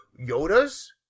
Yoda's